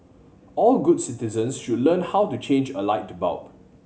all good citizens should learn how to change a light bulb